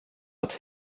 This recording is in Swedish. att